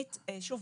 שוב,